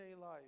life